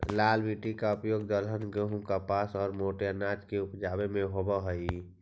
लाल मिट्टी का उपयोग दलहन, गेहूं, कपास और मोटे अनाज को उपजावे में होवअ हई